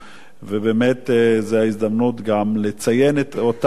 ובאמת זו ההזדמנות גם לציין את אותם אלה